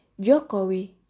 Jokowi